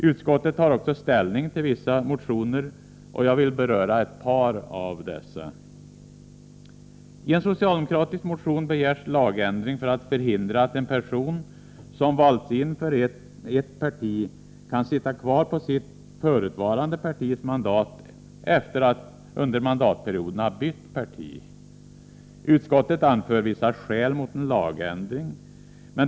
Utskottet tar också ställning till vissa motioner, och jag vill beröra ett par av dessa. I en socialdemokratisk motion begärs lagändring för att förhindra att en person som valts in för ett parti kan sitta kvar på sitt förutvarande partis mandat efter att under mandatperioden ha bytt parti. Utskottet anför vissa skäl mot en lagändring.